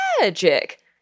magic